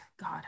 God